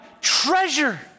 treasure